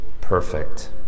perfect